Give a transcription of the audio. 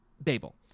Babel